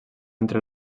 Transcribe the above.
entre